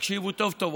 תקשיבו טוב טוב.